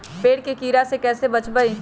पेड़ के कीड़ा से कैसे बचबई?